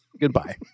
Goodbye